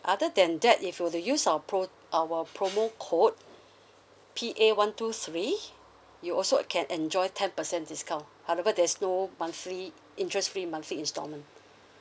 other than that if you were to use our pro~ our promo code P A one two three you also can enjoy ten percent discount however there's no monthly interest free monthly instalment